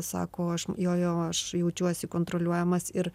sako aš jo jo aš jaučiuosi kontroliuojamas ir